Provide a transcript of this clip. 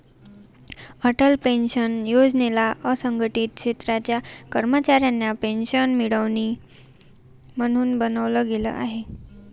Atal pension योजनेला असंघटित क्षेत्राच्या कर्मचाऱ्यांना पेन्शन मिळावी, म्हणून बनवलं गेलं आहे